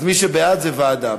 מי שבעד, זה ועדה.